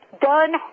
done